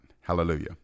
hallelujah